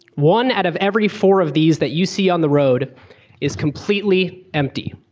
one out of every four of these that you see on the road is completely empty.